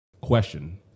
Question